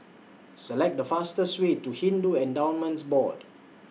Select The fastest Way to Hindu Endowments Board